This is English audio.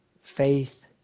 Faith